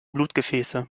blutgefäße